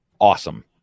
awesome